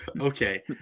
Okay